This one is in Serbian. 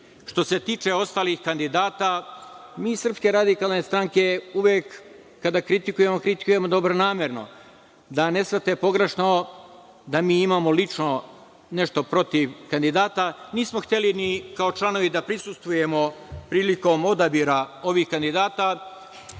tim. Što se tiče ostalih kandidata, mi iz SRS uvek kada kritikujemo, kritikujemo dobronamerno. Da ne shvatite pogrešno, da mi imamo lično nešto protiv kandidata, nismo hteli ni kao članovi da prisustvujemo prilikom odabira ovih kandidata